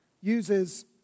uses